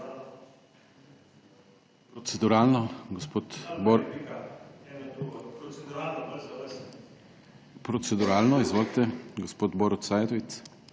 Proceduralno, izvolite, gospod Borut Sajovic.